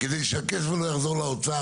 כדי שהכסף הזה לא יחזור לאוצר,